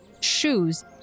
shoes